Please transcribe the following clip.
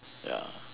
ya